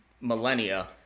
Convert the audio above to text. millennia